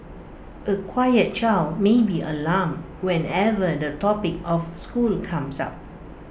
A quiet child may be alarmed whenever the topic of school comes up